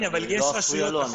אני לא אפריע לו.